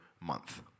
month